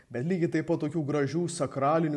bet lygiai taip pat tokių gražių sakralinių